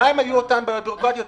מהן היו אותן בעיות בירוקרטיות,